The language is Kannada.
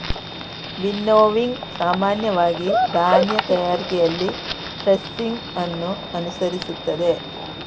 ವಿನ್ನೋವಿಂಗ್ ಸಾಮಾನ್ಯವಾಗಿ ಧಾನ್ಯ ತಯಾರಿಕೆಯಲ್ಲಿ ಥ್ರೆಸಿಂಗ್ ಅನ್ನು ಅನುಸರಿಸುತ್ತದೆ